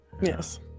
Yes